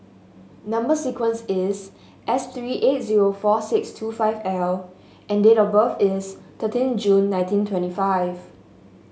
number sequence is S three eight zero four six two five L and date of birth is thirteen June nineteen twenty five